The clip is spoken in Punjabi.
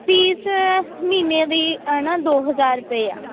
ਫੀਸ ਮਹੀਨੇ ਦੀ ਅ ਨਾ ਦੋ ਹਜ਼ਾਰ ਰੁਪਏ ਆ